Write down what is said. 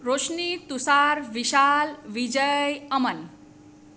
Roshni Tushar Vishal Vijay Aman